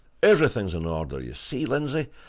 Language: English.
everything is in order, you see, lindsey!